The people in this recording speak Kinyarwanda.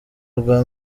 rwa